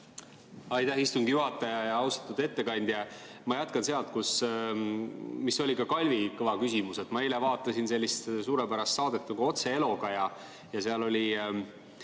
Aitäh, istungi juhataja! Austatud ettekandja! Ma jätkan sealt, mis oli ka Kalvi Kõva küsimus. Ma eile vaatasin sellist suurepärast saadet nagu "Otse Eloga" ja seal oli